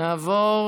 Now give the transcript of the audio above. נעבור